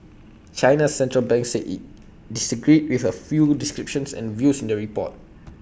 China's Central Bank said IT disagreed with A few descriptions and views in the report